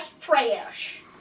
trash